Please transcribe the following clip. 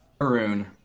Maroon